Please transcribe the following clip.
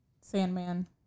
sandman